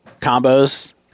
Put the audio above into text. Combos